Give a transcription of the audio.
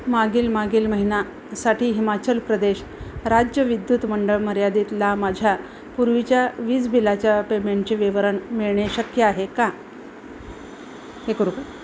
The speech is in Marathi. मागील मागील महिन्यासाठी हिमाचल प्रदेश राज्य विद्युत मंडळ मर्यादितला माझ्या पूर्वीच्या वीज बिलाच्या पेमेंटचे विवरण मिळणे शक्य आहे का हे करू का